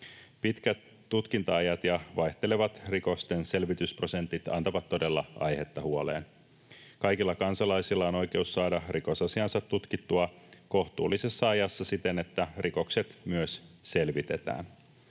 Pitkät tutkinta-ajat ja vaihtelevat rikosten selvitysprosentit antavat todella aihetta huoleen. Kaikilla kansalaisilla on oikeus saada rikosasiansa tutkittua kohtuullisessa ajassa siten, että rikokset myös selvitetään.